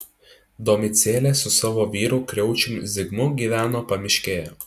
domicėlė su savo vyru kriaučium zigmu gyveno pamiškėje